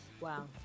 Wow